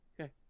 Okay